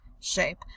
shape